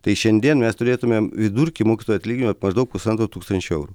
tai šiandien mes turėtumėm vidurkį mokytojų atlyginimai maždaug pusantro tūkstančio eurų